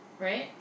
Right